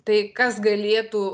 tai kas galėtų